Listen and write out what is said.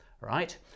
right